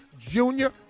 Junior